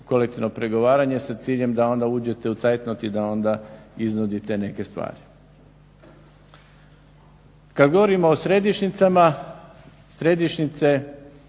kolektivno pregovaranje s ciljem da onda uđete u zeitnot i da onda iznudite neke stvari. Kada govorimo o središnjicama, središnjice